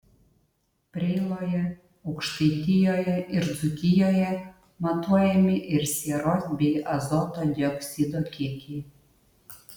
preiloje aukštaitijoje ir dzūkijoje matuojami ir sieros bei azoto dioksido kiekiai